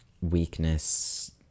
weakness